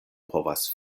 povas